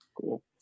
cool